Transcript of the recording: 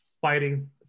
fighting